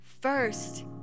First